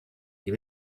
die